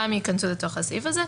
גם ייכנסו לתוך הסעיף הזה,